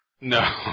No